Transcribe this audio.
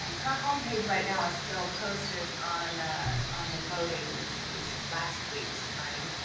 um her homepage right now is still posted on on the voting which was last week's time.